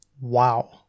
Wow